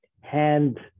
hand